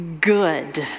good